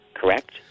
Correct